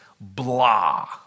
blah